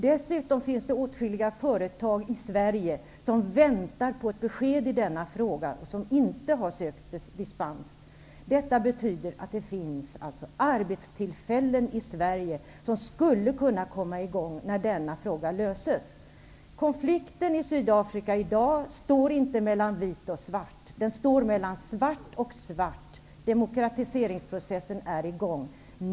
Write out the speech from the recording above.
Dessutom finns det åtskilliga företag i Sverige som väntar på ett besked i denna fråga och som inte har sökt dispens. Detta betyder att det skulle kunna skapas arbetstillfällen i Sverige när denna fråga löses. Konflikten i Sydafrika i dag står inte mellan vit och svart. Den står mellan svart och svart. Demokratiseringsprocessen är i gång.